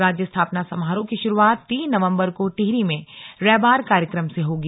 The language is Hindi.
राज्य स्थापना समारोह की शुरुआत तीन नवम्बर को टिहरी में रैबार कार्यक्रम से होगी